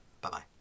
bye-bye